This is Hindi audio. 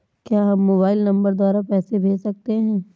क्या हम मोबाइल नंबर द्वारा पैसे भेज सकते हैं?